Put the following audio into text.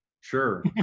Sure